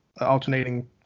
alternating